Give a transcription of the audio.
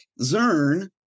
Zern